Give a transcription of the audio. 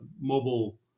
mobile